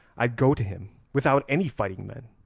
i'd go to him without any fighting men.